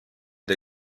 der